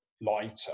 lighter